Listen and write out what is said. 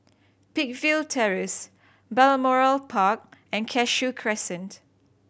Peakville Terrace Balmoral Park and Cashew Crescent